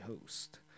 host